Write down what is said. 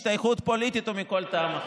השתייכות פוליטית או מכל טעם אחר".